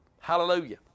Hallelujah